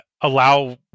allow